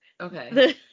Okay